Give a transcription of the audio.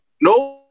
No